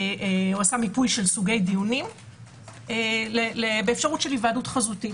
הוא עשה מיפוי של סוגי דיונים באפשרות של היוועדות חזותית.